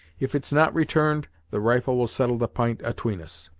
if it's not returned, the rifle will settle the p'int atween us.